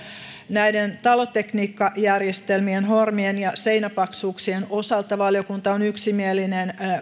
näiden talotekniikkajärjestelmien hormien ja seinäpaksuuksien osalta valiokunta on yksimielinen